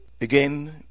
Again